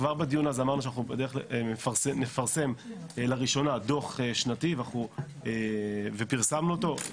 כבר בדיון אמרתי שנפרסם לראשונה דוח שנתי ופרסמנו אותו,